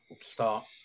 start